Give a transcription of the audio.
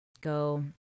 go